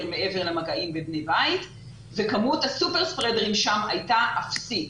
מעבר למגעים וכמות הסופר ספרדרים שם הייתה אפסית.